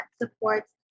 supports